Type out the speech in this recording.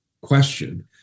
question